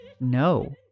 no